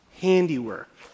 handiwork